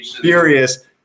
furious